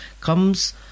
comes